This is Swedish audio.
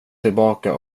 tillbaka